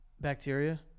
bacteria